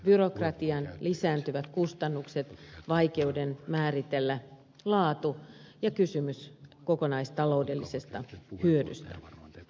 byrokratian lisääntyvät kustannukset vaikeuden määritellä laatu ja kysymyksen kokonaistaloudellisesta hyödystä